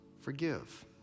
forgive